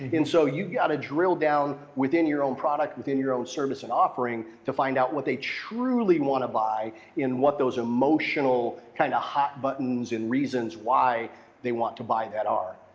and so, you've gotta drill down within your own product, within your own service and offering to find out what they truly wanna buy and what those emotional kind of hot buttons and reasons why they want to buy that are.